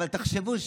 אבל תחשבו,